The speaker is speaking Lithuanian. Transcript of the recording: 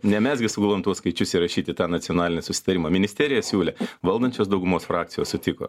ne mes gi sugalvojom tuos skaičius įrašyt į tą nacionalinį susitarimą ministerija siūlė valdančios daugumos frakcijos sutiko